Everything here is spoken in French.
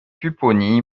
pupponi